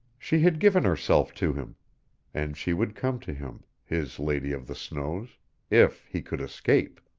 she had given herself to him and she would come to him his lady of the snows if he could escape.